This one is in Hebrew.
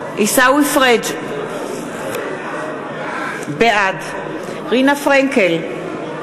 פריג' בעד רינה פרנקל,